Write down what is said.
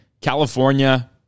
California